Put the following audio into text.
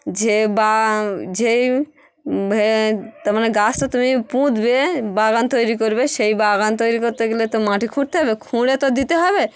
যে বা যেই তার মানে গাছটা তুমি পুঁতবে বাগান তৈরি করবে সেই বাগান তৈরি করতে গেলে তো মাটি খুঁড়তে হবে খুঁড়ে তো দিতে হবে